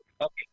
Okay